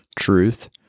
truth